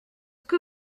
que